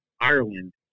Ireland